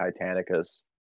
Titanicus